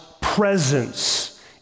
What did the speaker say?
presence